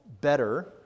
better